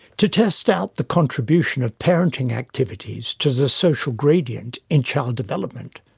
to test out the contribution of parenting activities to the social gradient in child development,